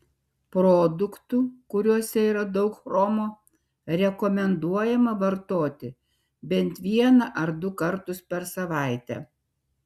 produktų kuriuose yra daug chromo rekomenduojama vartoti bent vieną ar du kartus per savaitę